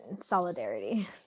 solidarity